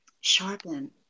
sharpen